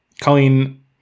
Colleen